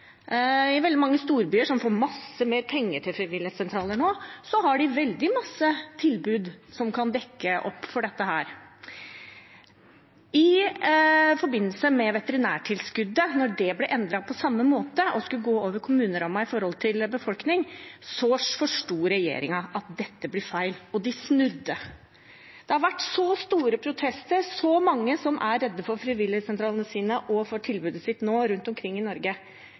slett. Veldig mange storbyer som får mye mer penger til frivilligsentraler nå, har veldig mange tilbud som kan dekke opp for dette. Da veterinærtilskuddet ble endret på samme måte og skulle gå over kommunerammen ut fra befolkning, forsto regjeringen at dette ble feil, og den snudde. Det har vært store protester. Det er mange som nå er redde for frivilligsentralene sine og for tilbudet sitt rundt omkring i Norge.